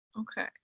okay